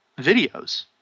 videos